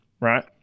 right